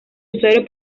usuario